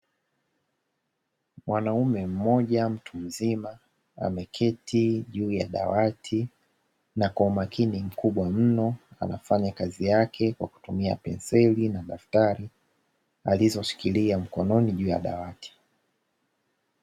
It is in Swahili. Mwanaume mmoja mtu mzima, ameketi juu ya dawati na kwa umakini mkubwa mno anafanya kazi yake kwa kutumia penseli na daftari alizoshikilia mkononi juu ya dawati.